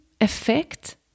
effect